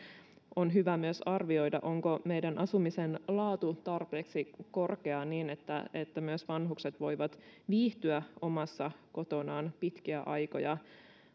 on hyvä myös arvioida onko meidän asumisen laatu tarpeeksi korkea niin että että myös vanhukset voivat viihtyä omassa kodissaan pitkiä aikoja